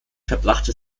verbrachte